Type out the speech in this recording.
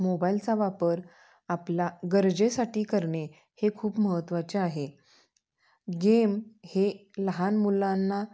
मोबाईलचा वापर आपला गरजेसाठी करणे हे खूप महत्वाचे आहे गेम हे लहान मुलांना